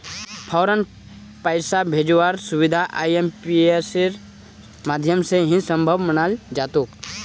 फौरन पैसा भेजवार सुबिधा आईएमपीएसेर माध्यम से ही सम्भब मनाल जातोक